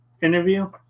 interview